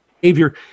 behavior